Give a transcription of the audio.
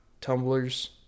tumblers